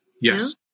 Yes